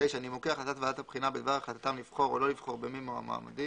נימוקי החלטת ועדת הבחינה בדבר החלטתם לבחור או לא לבחור במי מהמועמדים,